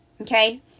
okay